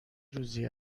روزی